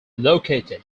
located